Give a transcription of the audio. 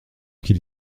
qu’il